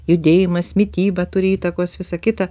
judėjimas mityba turi įtakos visa kita